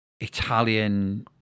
Italian